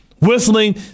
Whistling